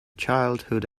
childhood